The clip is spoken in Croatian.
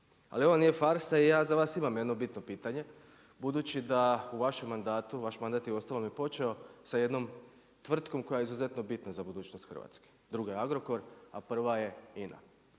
Ali ovo nije farsa i ja za vas imam jedno bitno pitanje, budući da u vašem mandatu, vaš mandat je uostalom i počeo sa jednom tvrtkom koja je izuzetno bitna za budućnost Hrvatske, druga je Agrokor, a prva je INA.